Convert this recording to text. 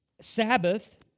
Sabbath